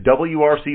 WRC